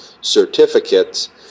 certificates